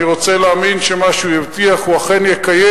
אני רוצה להאמין שמה שהוא הבטיח, הוא אכן יקיים.